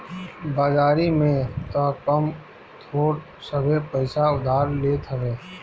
बाजारी में तअ कम थोड़ सभे पईसा उधार लेत हवे